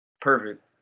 Perfect